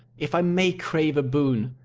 if i may crave a boon,